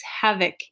havoc